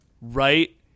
Right